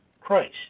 Christ